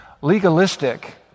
Legalistic